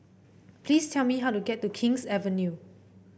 please tell me how to get to King's Avenue